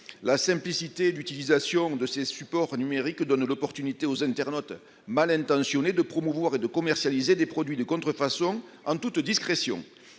La simplicité d'utilisation de ces supports donne l'occasion aux internautes mal intentionnés de promouvoir et de commercialiser des produits de contrefaçon en toute discrétion.